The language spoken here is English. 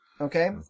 Okay